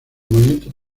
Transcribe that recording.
movimientos